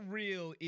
real